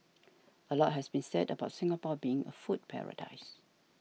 a lot has been said about Singapore being a food paradise